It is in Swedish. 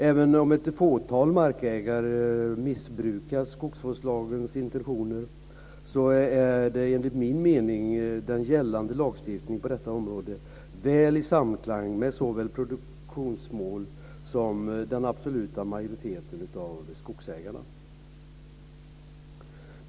Även om ett fåtal markägare missbrukar skogsvårdslagens intentioner är enligt min mening den gällande lagstiftningen på detta område väl i samklang med såväl produktionsmål som målen för den absoluta majoriteten av skogsägarna.